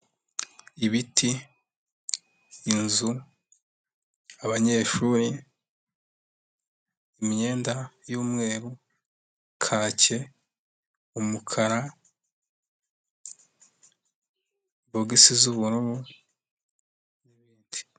Ibiti, inzu, abanyeshuri, imyenda y'umweru, kake, umukara, bogisi z'ubururu n'ibindi.